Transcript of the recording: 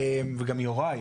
המארג הוא